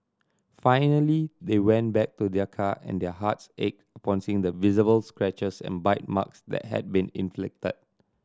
finally they went back to their car and their hearts ached upon seeing the visible scratches and bite marks that had been inflicted